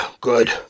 Good